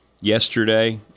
yesterday